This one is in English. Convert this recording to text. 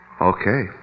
Okay